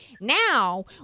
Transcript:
Now